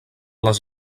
les